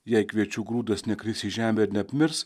jei kviečių grūdas nekris į žemę ir neapmirs